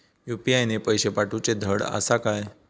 UPI ने पैशे पाठवूचे धड आसा काय?